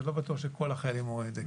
אני לא בטוח כל החיילים אומרים את זה.